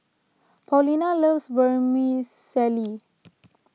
Paulina loves Vermicelli